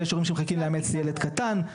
ויש הורים שמחכים לאמץ ילד קטן.